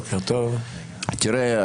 תראה,